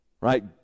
right